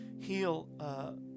heal